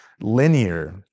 linear